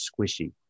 squishy